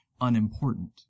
unimportant